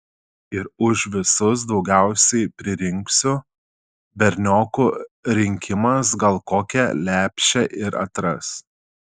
ir už visus daugiausiai pririnksiu berniokų rinkimas gal kokią lepšę ir atras